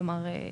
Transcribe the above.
כלומר,